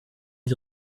die